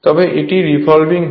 এখানে এটি রিভলভিং হয়